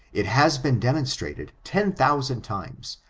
it has been demonstrated ten thousand times,